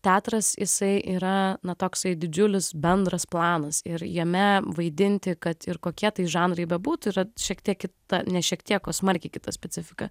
teatras jisai yra na toksai didžiulis bendras planas ir jame vaidinti kad ir kokie tai žanrai bebūtų yra šiek tiek kita ne šiek tiek o smarkiai kita specifika